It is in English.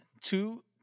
two